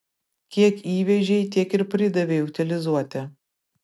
kiek įvežei tiek ir pridavei utilizuoti